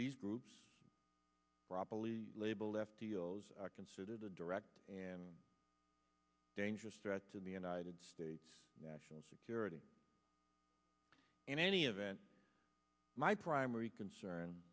these groups properly labeled left deals are considered a direct and dangerous threat to the united states national security in any event my primary concern